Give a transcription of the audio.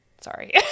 Sorry